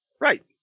Right